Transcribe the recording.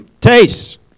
Taste